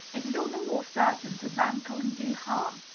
it is all the more certain to rankle and do harm.